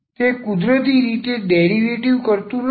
તે કુદરતી રીતે ડેરીટીવ કરતું નથી